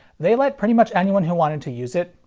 they let pretty much anyone who wanted to use it,